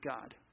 God